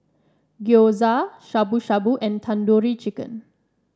Gyoza Shabu Shabu and Tandoori Chicken